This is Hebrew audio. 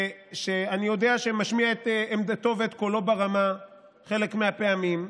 שאני יודע שמשמיע את עמדתו ואת קולו ברמה חלק מהפעמים,